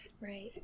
Right